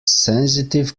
sensitive